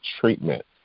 treatment